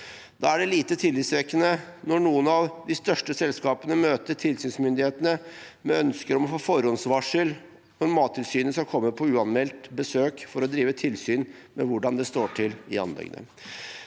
Da er det lite tillitvekkende når noen av de største selskapene møter tilsynsmyndighetene med ønsker om å få forhåndsvarsel om når Mattilsynet skal komme på uanmeldt besøk for å drive tilsyn med hvordan det står til i anleggene.